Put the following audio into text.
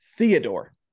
Theodore